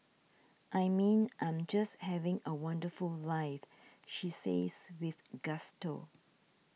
I mean I'm just having a wonderful life she says with gusto